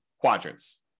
quadrants